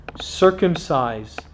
Circumcise